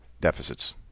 deficits